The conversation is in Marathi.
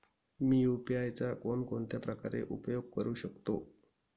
मी यु.पी.आय चा कोणकोणत्या प्रकारे उपयोग करू शकतो?